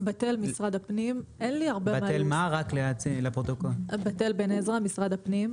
בת אל בן-עזרא, משרד הפנים.